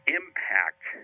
impact